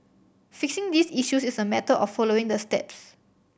fixing these issues is a matter of following the steps